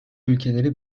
ülkeleri